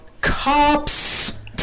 cops